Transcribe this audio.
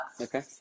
Okay